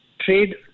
trade